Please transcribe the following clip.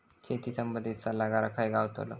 शेती संबंधित सल्लागार खय गावतलो?